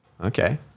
okay